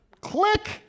Click